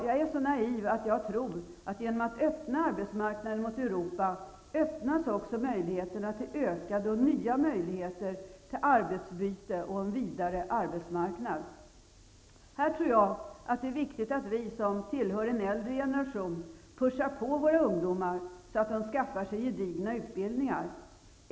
Jag är så naiv att jag tror att genom att arbetsmarknaden mot Europa öppnas, ökar också möjligheterna till arbetsbyte och en vidare arbetsmarknad. Här tror jag att det är viktigt att vi som tillhör en äldre generation ''puschar'' på våra ungdomar, så att de skaffar sig gedigna utbildningar.